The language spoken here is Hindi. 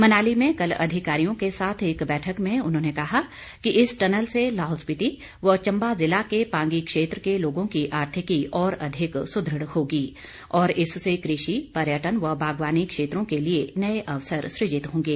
मनाली में कल अधिकारियों के साथ एक बैठक में उन्होंने कहा कि इस टनल से लाहौल स्पीति व चम्बा जिला के पांगी क्षेत्र के लोगों की आर्थिकी और अधिक सुद्रढ़ होगी और इससे कृषि पर्यटन व बागवानी क्षेत्रों के लिए नये अवसर सुजित होंगे